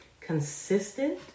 Consistent